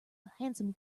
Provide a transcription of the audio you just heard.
handsome